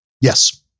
Yes